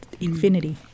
infinity